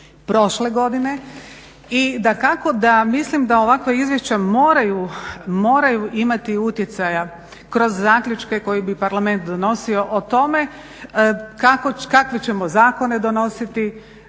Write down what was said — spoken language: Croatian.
i dakako da mislim da ovakva Izvješća moraju, moraju imati utjecaja kroz zaključke koje bi Parlament donosio o tome kakve ćemo zakone donositi,